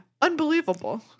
Unbelievable